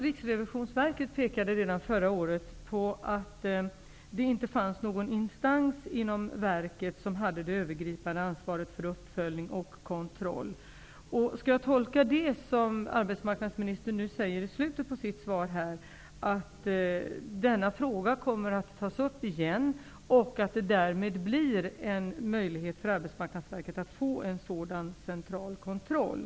Riksrevisionsverket pekade redan förra året på att det inte finns någon instans inom verket som har det övergripande ansvaret för uppföljning och kontroll. Skall jag tolka det som arbetsmarknadsministern säger i slutet av sitt svar så att denna fråga kommer att tas upp igen och att det därmed blir möjligt för Arbetsmarknadsverket att få en sådan central kontroll?